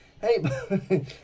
Hey